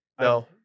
no